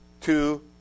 two